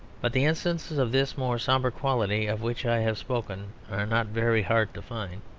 but the instances of this more sombre quality of which i have spoken are not very hard to find.